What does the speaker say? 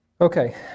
Okay